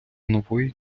нової